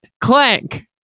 clank